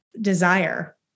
desire